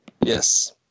Yes